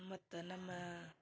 ಮತ್ತೆ ನಮ್ಮ